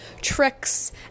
tricks